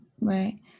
Right